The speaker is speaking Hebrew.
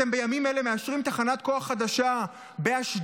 אתם בימים האלה מאשרים תחנת כוח חדשה באשדוד,